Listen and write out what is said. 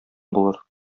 булыр